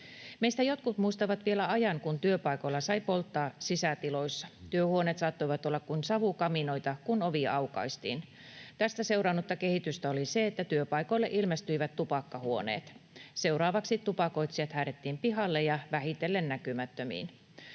Meistä jotkut muistavat vielä ajan, kun työpaikoilla sai polttaa sisätiloissa. Työhuoneet saattoivat olla kuin savukaminoita, kun ovi aukaistiin. Tästä seurannutta kehitystä oli se, että työpaikoille ilmestyivät tupakkahuoneet. Seuraavaksi tupakoitsijat häädettiin pihalle ja vähitellen näkymättömiin.